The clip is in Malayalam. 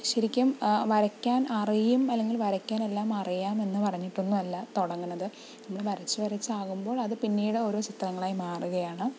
ശരിക്കും വരയ്ക്കാൻ അറിയും അല്ലെങ്കിൽ വരക്കാൻ എല്ലാം അറിയാം എന്ന് പറഞ്ഞിട്ടൊന്നുമല്ല തുടങ്ങണത് നമ്മൾ വരച്ച് വരച്ച് ആകുമ്പോൾ അത് പിന്നീട് ഓരോ ചിത്രങ്ങളായി മാറുകയാണ്